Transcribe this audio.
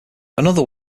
another